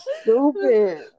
stupid